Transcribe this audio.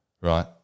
right